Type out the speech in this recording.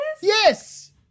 Yes